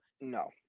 no